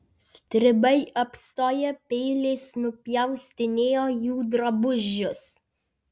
stribai apstoję peiliais nupjaustinėjo jų drabužius